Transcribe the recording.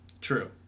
True